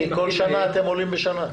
כי כל שנה אתם עולים בשנה.